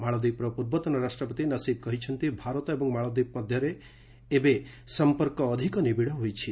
ମାଳଦ୍ୱୀପର ପୂର୍ବତନ ରାଷ୍ଟ୍ରପତି ନସିବ୍ କହିଛନ୍ତି ଭାରତ ଏବଂ ମାଳଦ୍ୱୀପ ମଧ୍ୟରେ ଏବେ ସମ୍ପର୍କ ଅଧିକ ନିବିଡ଼ ହୋଇଛି